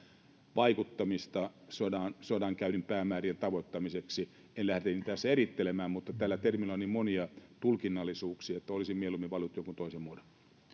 vaikuttamista sodankäynnin päämäärien tavoittamiseksi en lähde niitä tässä erittelemään mutta tällä termillä on niin monia tulkinnallisuuksia että olisin mieluummin valinnut jonkun toisen muodon